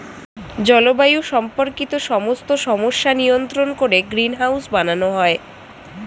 জলবায়ু সম্পর্কিত সমস্ত সমস্যা নিয়ন্ত্রণ করে গ্রিনহাউস বানানো হয়